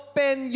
Open